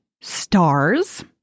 stars